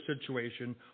situation